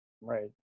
Right